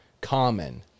common